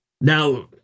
Now